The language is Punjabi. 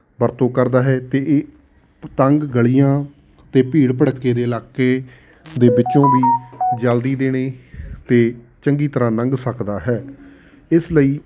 ਵਰਤੋਂ ਕਰਦਾ ਹੈ ਅਤੇ ਇਹ ਤੰਗ ਗਲੀਆਂ ਅਤੇ ਭੀੜ ਭੜੱਕੇ ਦੇ ਇਲਾਕੇ ਦੇ ਵਿੱਚੋਂ ਵੀ ਜਲਦੀ ਦੇਣੇ ਅਤੇ ਚੰਗੀ ਤਰ੍ਹਾਂ ਲੰਘ ਸਕਦਾ ਹੈ ਇਸ ਲਈ